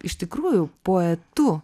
iš tikrųjų poetu